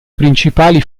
principali